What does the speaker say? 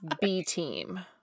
b-team